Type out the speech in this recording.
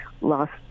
lost